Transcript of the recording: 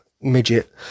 midget